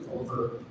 over